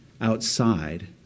outside